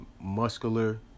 muscular